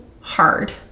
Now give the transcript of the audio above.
hard